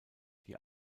die